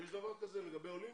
יש דבר כזה לגבי עולים?